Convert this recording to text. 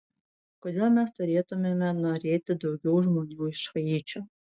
kodėl mes turėtumėme norėti daugiau žmonių iš haičio